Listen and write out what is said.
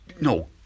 no